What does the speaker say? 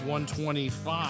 125